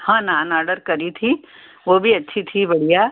हाँ नान आडर करी थी वह भी अच्छी थी बढ़िया